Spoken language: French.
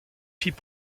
fille